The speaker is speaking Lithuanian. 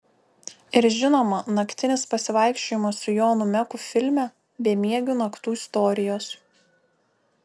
ir žinoma naktinis pasivaikščiojimas su jonu meku filme bemiegių naktų istorijos